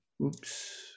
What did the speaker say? Oops